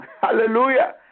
Hallelujah